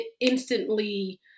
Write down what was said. instantly